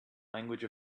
language